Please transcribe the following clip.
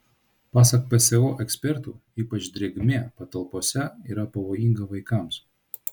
pasak pso ekspertų ypač drėgmė patalpose yra pavojinga vaikams